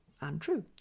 untrue